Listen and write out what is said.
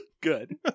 Good